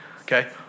Okay